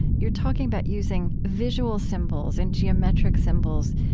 you're talking about using visual symbols and geometric symbols,